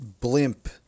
blimp